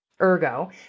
ergo